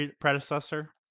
predecessor